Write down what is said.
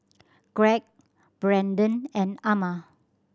Greg Brendon and Ama